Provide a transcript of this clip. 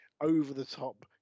over-the-top